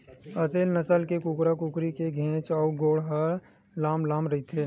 असेल नसल के कुकरा कुकरी के घेंच अउ गोड़ ह लांम लांम रहिथे